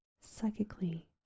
psychically